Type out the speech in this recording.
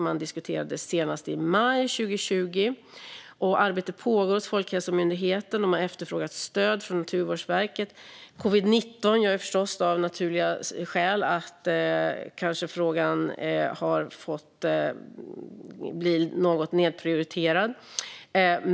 Man diskuterade den senast i maj 2020. Arbete pågår också hos Folkhälsomyndigheten, och de har efterfrågat stöd från Naturvårdsverket. Covid-19 har av naturliga skäl gjort att frågan kanske har blivit något nedprioriterad.